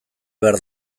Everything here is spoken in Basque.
behar